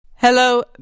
Hello